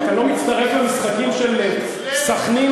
אתה לא מצטרף למשחקים של סח'נין,